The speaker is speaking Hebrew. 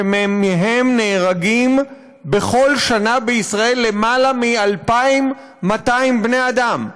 שמהם נהרגים בכל שנה בישראל יותר מ-2,200 בני אדם,